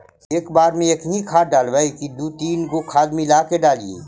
एक बार मे एकही खाद डालबय की दू तीन गो खाद मिला के डालीय?